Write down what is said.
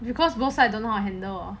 because both side don't know how to handle